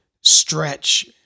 stretch